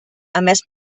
emès